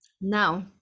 now